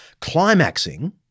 climaxing